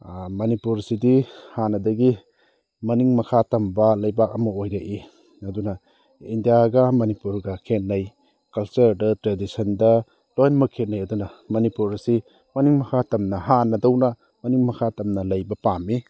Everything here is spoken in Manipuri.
ꯃꯅꯤꯄꯨꯔꯁꯤꯗꯤ ꯍꯥꯟꯅꯗꯒꯤ ꯃꯅꯤꯡ ꯃꯈꯥ ꯇꯝꯕ ꯂꯩꯕꯥꯛ ꯑꯃ ꯑꯣꯏꯔꯛꯏ ꯑꯗꯨꯅ ꯏꯟꯗꯤꯌꯥꯒ ꯃꯅꯤꯄꯨꯔꯒ ꯈꯦꯠꯅꯩ ꯀꯜꯆꯔꯗ ꯇ꯭ꯔꯦꯗꯤꯁꯟꯗ ꯂꯣꯏꯅꯃꯛ ꯈꯦꯠꯅꯩ ꯑꯗꯨꯅ ꯃꯅꯤꯄꯨꯔ ꯑꯁꯤ ꯃꯅꯤꯡ ꯃꯈꯥ ꯇꯝꯅ ꯍꯥꯟꯅꯗꯧꯅ ꯃꯅꯤꯡ ꯃꯈꯥ ꯇꯝꯅ ꯂꯩꯕ ꯄꯥꯝꯏ